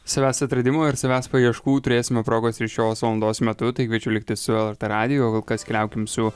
savęs atradimo ir savęs paieškų turėsime progos ir šios valandos metu tai kviečiu likti su lrt radiju o kol kas keliaukim su